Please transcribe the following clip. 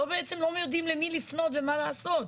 לא יודעים בעצם למי לפנות ומה לעשות.